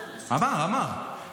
אמר, אמר.